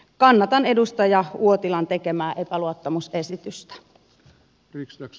kannatan edustaja uotilan tekemää epäluottamusesitystä